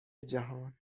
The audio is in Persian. جهان